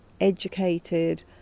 educated